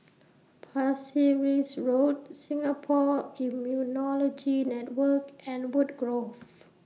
Pasir Ris Road Singapore Immunology Network and Woodgrove